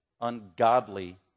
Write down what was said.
ungodly